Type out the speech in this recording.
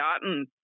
gotten